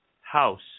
house